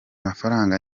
mafaranga